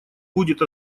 будет